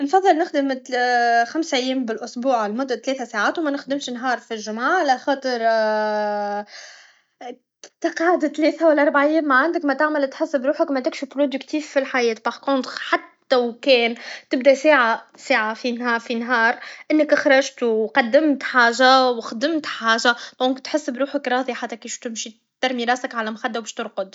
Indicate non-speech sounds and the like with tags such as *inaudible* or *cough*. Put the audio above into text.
ن *noise* انفضل نخدم خمس ايام بالاسبوع لمدة ثلاث ساعات و منخدمش نهار فالجمعه على خاطر *hesitation* كي تقعد ثلاثه و لا اريع أيام معندك متعمل تحس بروحك مكش بروديكتيف فالحياه باغ كونخ حتى وكان تبدا ساعه في نهار في نهار انك خرجت و قدمت حاجه دونك تحس بروحك راضي حتى باش كي تمشي ترمي راسك على لمخده باش ترقد